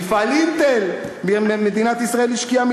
מפעל "אינטל": מדינת ישראל השקיעה